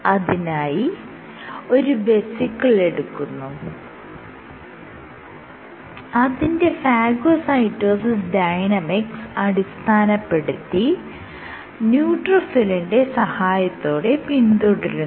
അതിനായ് ഒരു വെസിക്കിൾ എടുക്കുന്നു അതിന്റെ ഫാഗോസൈറ്റോസിസ് ഡൈനാമിക്സ് അടിസ്ഥാനപ്പെടുത്തി ന്യൂട്രോഫിലിന്റെ സഹായത്തോടെ പിന്തുടരുന്നു